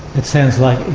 it sounds like.